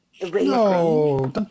No